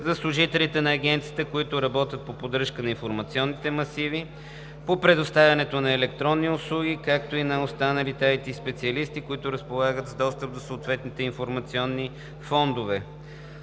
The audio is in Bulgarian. за служителите на Агенцията, които работят по поддръжката на информационните масиви, по предоставянето на електронни услуги, както и на останалите ИT специалисти, които разполагат с достъп до съответните информационни фондове,